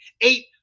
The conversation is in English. eight